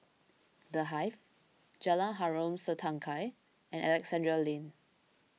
the Hive Jalan Harom Setangkai and Alexandra Lane